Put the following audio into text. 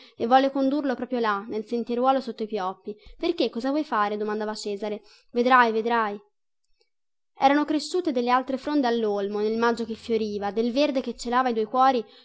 e volle condurlo proprio là nel sentieruolo sotto i pioppi perchè cosa vuoi fare domandava cesare vedrai vedrai erano cresciute delle altre fronde allolmo nel maggio che fioriva del verde che celava i due cuori